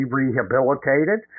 rehabilitated